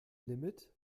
limit